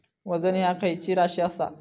वजन ह्या खैची राशी असा?